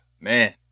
man